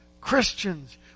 Christians